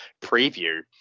preview